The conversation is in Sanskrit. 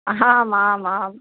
आम् आम् आम्